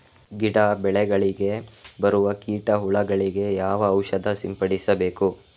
ಗಿಡ, ಬೆಳೆಗಳಿಗೆ ಬರುವ ಕೀಟ, ಹುಳಗಳಿಗೆ ಯಾವ ಔಷಧ ಸಿಂಪಡಿಸಬೇಕು?